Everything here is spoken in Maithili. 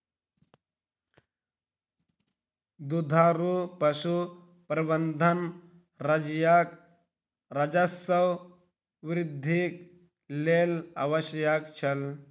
दुधारू पशु प्रबंधन राज्यक राजस्व वृद्धिक लेल आवश्यक छल